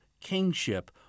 kingship